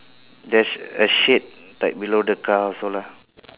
there's a shade like below the car also lah